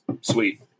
sweet